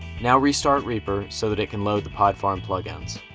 now restart reaper so that it can load the pod farm plugins.